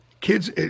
Kids